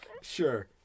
Sure